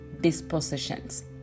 dispositions